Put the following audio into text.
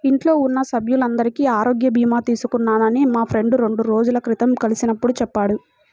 ఇంట్లో ఉన్న సభ్యులందరికీ ఆరోగ్య భీమా తీసుకున్నానని మా ఫ్రెండు రెండు రోజుల క్రితం కలిసినప్పుడు చెప్పాడు